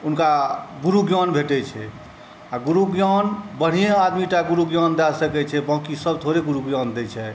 उनका गुरु ज्ञान भेटै छै आ गुरु ज्ञान बढ़िये आदमीटा गुरु ज्ञान दऽ सकै छै बाँकी सब थोड़े गुरु ज्ञान दै छै